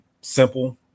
simple